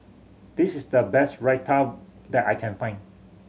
this is the best Raita that I can find